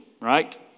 right